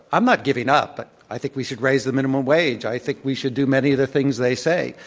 i'm not giving up, but i think we should raise the minimum wage. i think we should do many of the things they say,